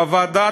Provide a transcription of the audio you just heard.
בוועדת